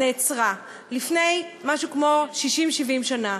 נעצרה לפני משהו כמו 60 70 שנה,